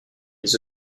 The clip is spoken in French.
les